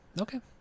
okay